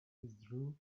withdrew